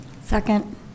Second